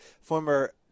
former